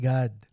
God